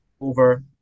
over